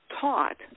taught